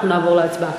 אנחנו נעבור להצבעה.